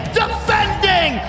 defending